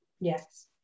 Yes